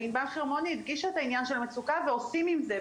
וענבל חרמוני הדגישה את הענין של מצוקה ועושים עם זה,